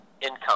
income